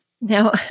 Now